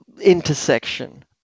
intersection